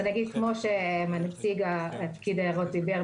כמו שפקיד היערות אמר,